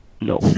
No